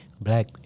black